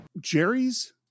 Jerry's